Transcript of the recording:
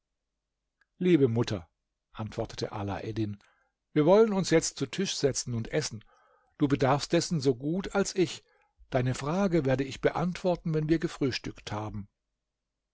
liebe mutter antwortete alaeddin wir wollen uns jetzt zu tisch setzen und essen du bedarfst dessen so gut als ich deine frage werde ich beantworten wenn wir gefrühstückt haben